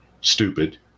Stupid